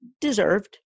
deserved